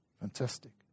Fantastic